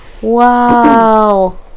wow